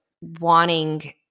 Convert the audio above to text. wanting